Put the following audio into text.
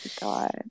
God